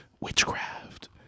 witchcraft